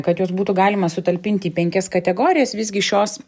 kad juos būtų galima sutalpinti į penkias kategorijas visgi šios